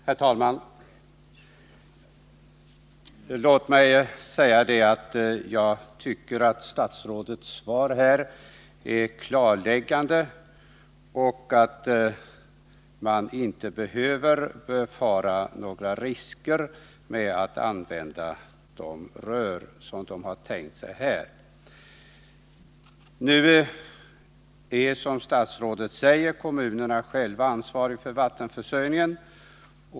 Herr talman! Jag tycker att statsrådets svar är klarläggande. Man behöver inte befara några risker med att använda de rör som man här har tänkt sig. Såsom statsrådet säger är kommunerna själva ansvariga för vattenförsörjningen.